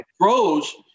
grows